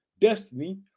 destiny